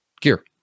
gear